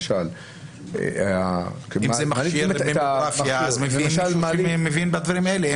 אם זה מכשיר ממוגרפיה, אז הם מבינים בדברים האלה.